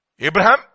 Abraham